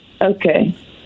okay